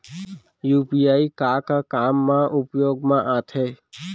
UPI का का काम मा उपयोग मा आथे?